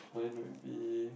mine would be